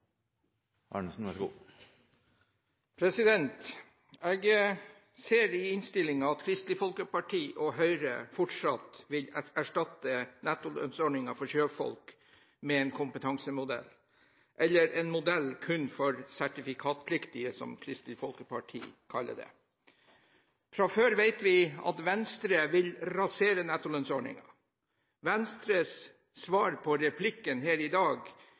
Kristelig Folkeparti og Høyre fortsatt vil erstatte nettolønnsordningen for sjøfolk med en kompetansemodell, eller en modell kun for «sertifikatpliktige», som Kristelig Folkeparti kaller det. Fra før vet vi at også Venstre vil rasere nettolønnsordningen. Venstres svar i replikkvekslingen her i dag